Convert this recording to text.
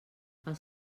els